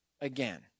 again